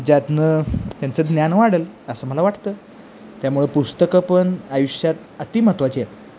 ज्यातून त्यांचं ज्ञान वाढंल असं मला वाटतं त्यामुळं पुस्तकं पण आयुष्यात अती महत्त्वाची आहेत